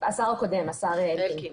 השר הקודם, השר אלקין.